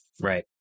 right